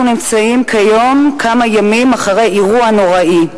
אנחנו נמצאים כיום כמה ימים אחרי אירוע נוראי,